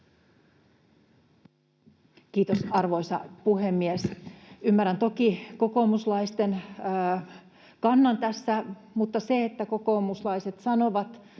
Kiitos, arvoisa puhemies! Ymmärrän toki kokoomuslaisten kannan tässä, mutta se, että kokoomuslaiset sanovat,